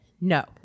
No